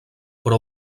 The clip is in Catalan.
però